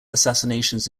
assassinations